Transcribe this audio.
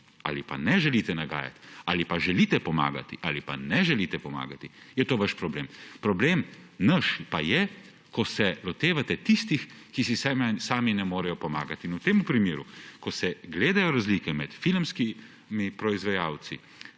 ali pa ne želite nagajati, ali pa želite pomagati ali pa ne želite pomagati, je to vaš problem. Problem naš pa je, ko se lotevate tistih, ki si sami ne morejo pomagati. V tem primeru ko se gledajo razlike med filmskimi proizvajalci